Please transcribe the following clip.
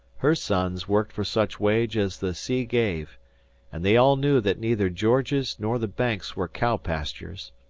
her sons worked for such wage as the sea gave and they all knew that neither georges nor the banks were cow-pastures.